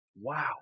Wow